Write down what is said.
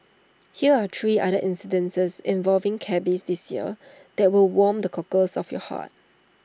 hear are three other incidents involving cabbies this year that will warm the cockles of your heart